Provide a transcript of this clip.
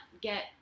get